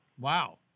Wow